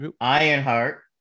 Ironheart